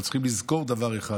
אבל אנחנו צריכים לזכור דבר אחד: